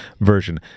version